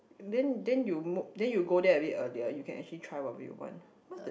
then then you then you go there a bit earlier then you can actually try what we want what's the